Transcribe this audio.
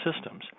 systems